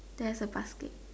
there's a basket